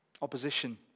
Opposition